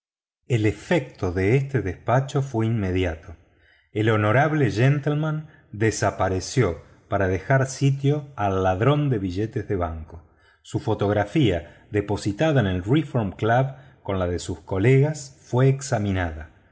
el efecto de este despacho fue inmediato el honorable gentleman desapareció para dejar sitio al ladrón de billetes de banco su fotografía depositada en